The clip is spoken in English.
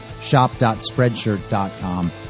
shop.spreadshirt.com